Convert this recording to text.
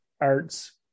arts